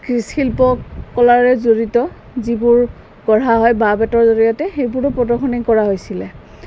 শিল্পকলাৰে জড়িত যিবোৰ গঢ়া হয় বাঁহ বেতৰ জৰিয়তে সেইবোৰো প্ৰদৰ্শনী কৰা হৈছিলে